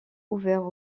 ouverts